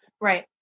Right